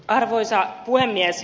arvoisa puhemies